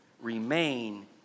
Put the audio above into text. Remain